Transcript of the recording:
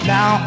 Now